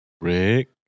Rick